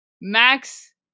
Max